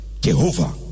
Jehovah